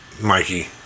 Mikey